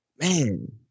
man